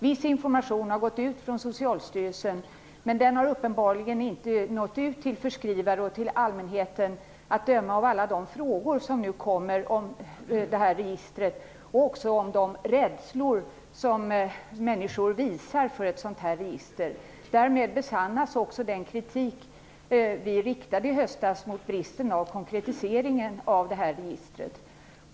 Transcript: Viss information har gått ut från Socialstyrelsen, men uppenbarligen har den inte nått ut till förskrivare och allmänhet; att döma av alla frågor som nu kommer om detta register och av de rädslor för ett sådant här register som människor visar. Därmed besannas det som vi sade i den kritik som vi i höstas riktade mot bristen på en konkretisering av registret.